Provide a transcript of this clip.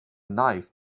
knife